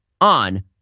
on